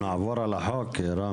נעבור על החוק, רם?